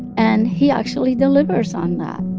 and he actually delivers on that